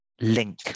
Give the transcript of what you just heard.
link